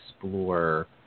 explore